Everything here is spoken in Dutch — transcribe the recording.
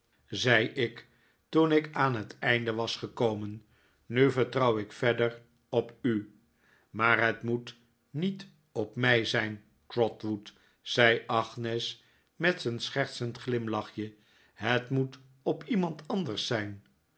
zei ik toen ik aan het einde was gekomen nu vertrouw ik verder op u maar het moet niet op mij zijn trotwood zei agnes met een schertsend glimlachje het moet op iemand anders zijn